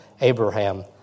Abraham